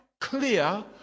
clear